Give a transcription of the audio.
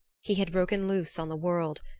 he had broken loose on the world,